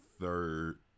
third